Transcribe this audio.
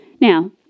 Now